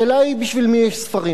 השאלה היא בשביל מי יש ספרים,